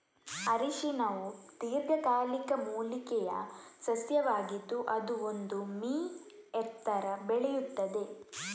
ಅರಿಶಿನವು ದೀರ್ಘಕಾಲಿಕ ಮೂಲಿಕೆಯ ಸಸ್ಯವಾಗಿದ್ದು ಅದು ಒಂದು ಮೀ ಎತ್ತರ ಬೆಳೆಯುತ್ತದೆ